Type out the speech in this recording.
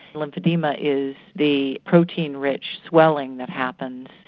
lymphoedema is the protein-rich swelling that happens.